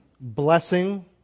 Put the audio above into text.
blessing